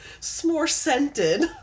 s'more-scented